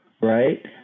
right